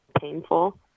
painful